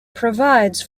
provides